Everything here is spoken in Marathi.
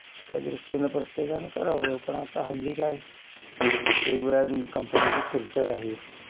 त्या दृष्टीनं प्रत्येकानं करावं पण आता हल्ली काय वेगवेगळ्या कंपन्यांचे फिल्टर आहेत